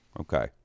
Okay